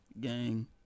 gang